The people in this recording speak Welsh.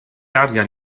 arian